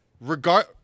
regard